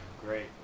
Great